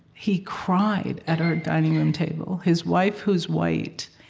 he cried at our dining room table. his wife, who's white,